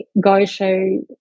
go-to